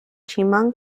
chemung